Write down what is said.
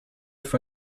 for